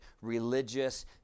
religious